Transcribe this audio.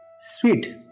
sweet